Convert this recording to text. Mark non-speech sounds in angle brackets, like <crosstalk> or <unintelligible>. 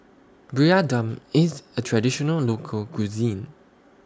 <unintelligible> Dum IS A Traditional Local Cuisine